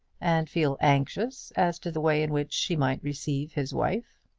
and feel anxious as to the way in which she might receive his wife?